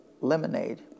lemonade